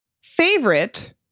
Favorite